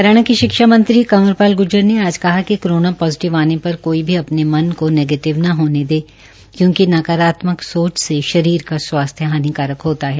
हरियाणा के शिक्षा मंत्री कंवर ाल गूर्जर ने आज कहा कि कोरोना ोजीटिव आने र कोई भी अ ने मन को नेगटिव न होने दे क्योंकि नकारात्मक सोच से शरीर का स्वास्थ्य हानिकारक होता है